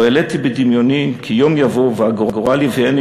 לא העליתי בדמיוני כי יום יבוא והגורל יביאני